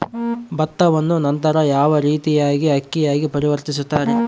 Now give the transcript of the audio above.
ಭತ್ತವನ್ನ ನಂತರ ಯಾವ ರೇತಿಯಾಗಿ ಅಕ್ಕಿಯಾಗಿ ಪರಿವರ್ತಿಸುತ್ತಾರೆ?